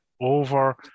over